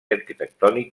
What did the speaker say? arquitectònic